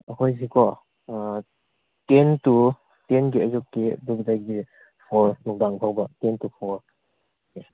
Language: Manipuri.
ꯑꯩꯈꯣꯏꯁꯤꯀꯣ ꯇꯦꯟ ꯇꯨ ꯇꯦꯟꯒꯤ ꯑꯌꯨꯛꯀꯤ ꯑꯗꯨꯗꯒꯤ ꯐꯣꯔ ꯅꯨꯡꯗꯥꯡ ꯐꯥꯎꯕ ꯇꯦꯟ ꯇꯨ ꯐꯣꯔ